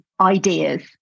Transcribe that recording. ideas